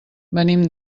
venim